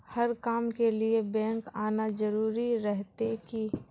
हर काम के लिए बैंक आना जरूरी रहते की?